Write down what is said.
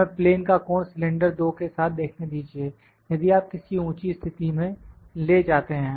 हमें प्लेन का कोण सिलेंडर 2 के साथ देखने दीजिए यदि आप किसी ऊंची स्थिति में ले जाते हैं